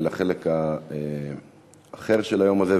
לחלק האחר של היום הזה,